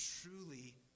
truly